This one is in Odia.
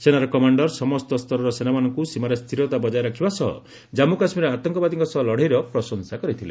ସେନାର କମାଣ୍ଡର୍ ସମସ୍ତ ସ୍ତରର ସେନାମାନଙ୍କୁ ସୀମାରେ ସ୍ଥିରତା ବଜାୟ ରଖିବା ସହ ଜମ୍ମୁ କାଶ୍ମୀରରେ ଆତଙ୍କବାଦୀଙ୍କ ସହ ଲଢ଼େଇର ପ୍ରଶଂସା କରିଥିଲେ